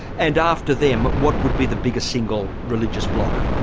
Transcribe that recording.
and after them, what would be the biggest single religious bloc?